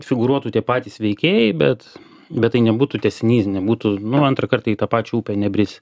figūruotų tie patys veikėjai bet bet tai nebūtų tęsinys nebūtų nu antrą kartą į tą pačią upę nebrisi